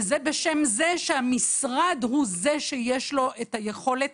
וזה בשם זה שהמשרד הוא זה שיש לו את היכולת